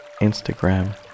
Instagram